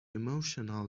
emotional